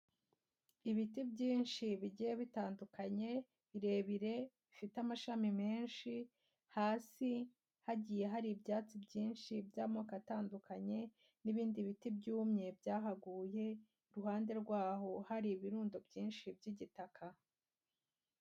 Ibiti byinshi bigiye bitandukanye birebire bifite amashami menshi, hasi hagiye hari ibyatsi byinshi by'amoko atandukanye, n'ibindi biti byumye byahaguye, iruhande rwaho hari ibirundo byinshi by'igitaka.